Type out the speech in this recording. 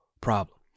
problem